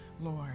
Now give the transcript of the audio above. Lord